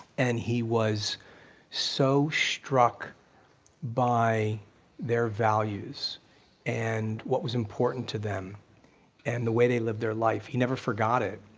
and he was so struck by their values and what was important to them and they way they lived their life. he never forgot it.